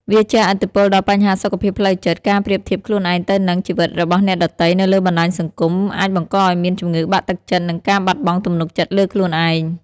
វាជះឥទ្ធិពលដល់បញ្ហាសុខភាពផ្លូវចិត្ត ការប្រៀបធៀបខ្លួនឯងទៅនឹង ជីវិតរបស់អ្នកដទៃនៅលើបណ្តាញសង្គម អាចបង្កឲ្យមានជំងឺបាក់ទឹកចិត្ត និងការបាត់បង់ទំនុកចិត្តលើខ្លួនឯង។